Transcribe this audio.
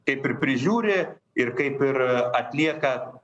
kaip ir prižiūri ir kaip ir atlieka